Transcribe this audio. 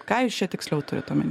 ką jūs čia tiksliau turit omeny